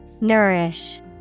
Nourish